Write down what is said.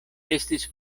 estis